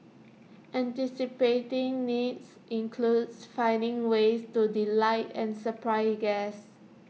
anticipating needs includes finding ways to delight and surprise guests